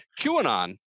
QAnon